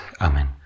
Amen